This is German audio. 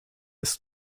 ist